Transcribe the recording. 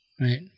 Right